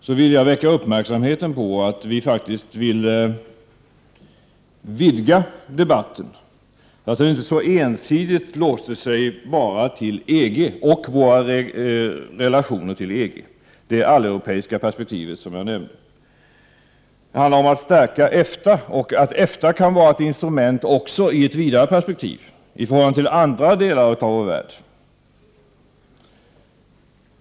Jag vill fästa uppmärksamheten på att vi faktiskt ville vidga debatten, så att den inte så ensidigt låste sig bara till EG och våra relationer till EG, det alleuropeiska perspektivet, som jag nämnde. Det handlar om att stärka EFTA och att även EFTA i ett vidare perspektiv kan vara ett instrument i förhållande till andra delar av vår värld.